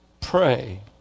pray